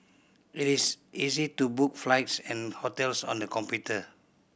it is easy to book flights and hotels on the computer